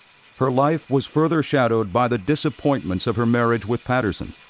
her life was further shadowed by the disappointments of her marriage with patterson.